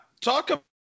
Talk